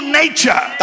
nature